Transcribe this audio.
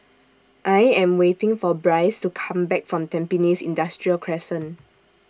I Am waiting For Bryce to Come Back from Tampines Industrial Crescent